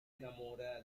enamora